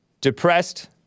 depressed